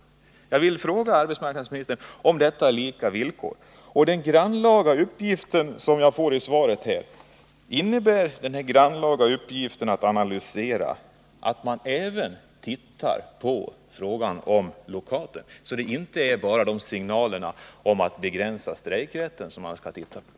Med anledning av den hänvisning som arbetsmarknadsministern gjorde till den grannlaga uppgiften att analysera det nuvarande regelsystemet vill jag fråga, om det i genomgången härav även ingår att titta på frågan om blockaden. Är det alltså nu inte bara fråga om en begränsning av strejkrätten som man skall studera?